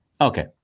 Okay